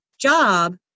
job